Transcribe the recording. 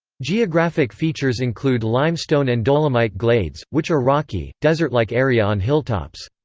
geographic features include limestone and dolomite glades, which are rocky, desert-like area on hilltops.